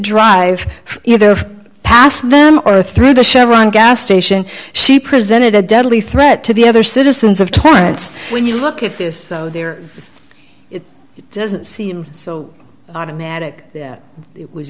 drive past them or through the chevron gas station she presented a deadly threat to the other citizens of torrance when you look at this there it doesn't seem so automatic that